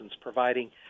providing